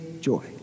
joy